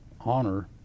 honor